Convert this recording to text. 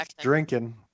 drinking